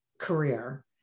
career